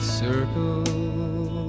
circle